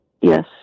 Yes